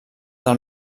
del